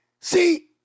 See